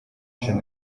gen